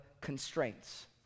constraints